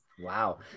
wow